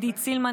עידית סילמן,